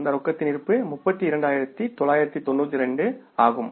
அந்தரொக்கத்தின் இருப்பு 32992 ஆகும்